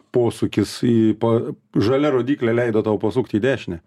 posūkis į pa žalia rodyklė leido tau pasukt į dešinę